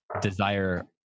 desire